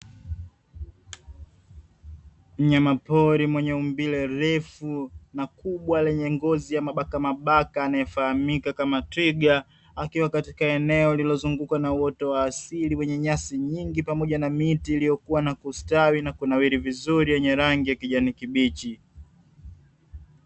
Mnyamapori mwenye umbile refu na kubwa lenye ngozi ya mabakamabaka anayefahamika kama twiga, akiwa katika eneo lililozungukwa na uoto wa asili wenye nyasi nyingi, pamoja na miti iliyokuwa na kustawi, na kunawiri vizuri yenye rangi ya kijani kibichi.